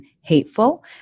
hateful